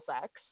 sex